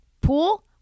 Pool